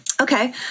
Okay